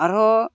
ᱟᱨ ᱦᱚᱸ